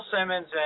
Simmons